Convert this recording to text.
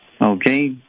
okay